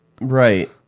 Right